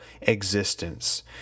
existence